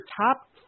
top